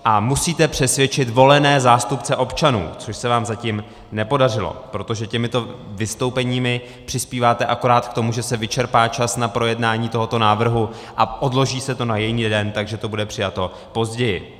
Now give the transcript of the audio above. A musíte přesvědčit volené zástupce občanů, což se vám zatím nepodařilo, protože těmito vystoupeními přispíváte akorát k tomu, že se vyčerpá čas na projednání tohoto návrhu a odloží se to na jiný den, takže to bude přijato později.